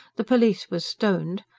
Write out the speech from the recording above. the police were stoned,